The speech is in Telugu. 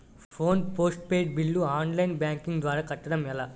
Phone postpaid bill online banking ద్వారా కట్టడం ఎలా?